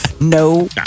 No